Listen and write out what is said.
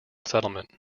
settlement